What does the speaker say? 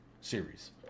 series